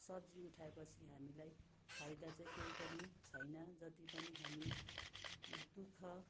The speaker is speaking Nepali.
सब्जी उठाए पछि हामीलाई फाइदा चाहिँ कही पनि छैन जति पनि हामी दुःख